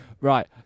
Right